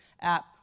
app